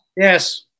Yes